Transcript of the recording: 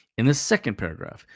in the second paragraph,